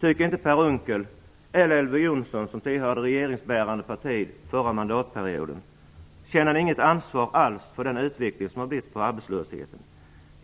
Känner inte Per Unckel eller Elver Jonsson, som representerar de regeringsbärande partierna under förra mandatperioden - något ansvar alls för den utvecklingen av arbetslösheten?